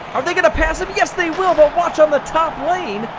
are they gonna pass up? yes, they will, but watch on the top lane.